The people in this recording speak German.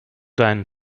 deinen